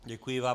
Děkuji vám.